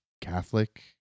Catholic